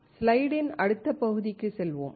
ஸ்லைடின் அடுத்த பகுதிக்கு செல்வோம்